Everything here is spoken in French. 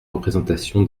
représentation